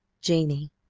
janie,